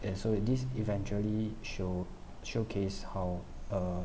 and so this eventually show showcase how uh